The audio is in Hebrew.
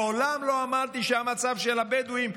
מעולם לא אמרתי שהליכוד אשם במצב של הבדואים,